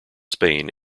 spain